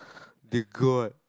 the god